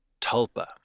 Tulpa